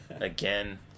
Again